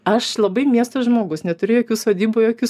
aš labai miesto žmogus neturiu jokių sodybų jokių